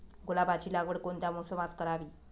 गुलाबाची लागवड कोणत्या मोसमात करावी?